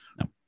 No